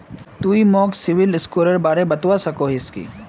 तुई मोक सिबिल स्कोरेर बारे बतवा सकोहिस कि?